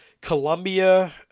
Colombia